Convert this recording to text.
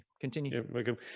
Continue